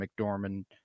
mcdormand